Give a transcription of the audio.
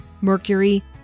mercury